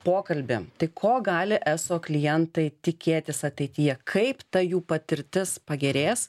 pokalbį tai ko gali eso klientai tikėtis ateityje kaip ta jų patirtis pagerės